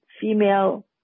female